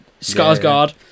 skarsgård